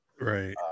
Right